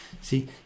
see